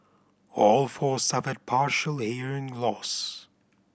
all four suffered partial hearing loss